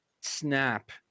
snap